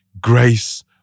grace